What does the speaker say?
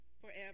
forever